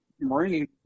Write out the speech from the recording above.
Marine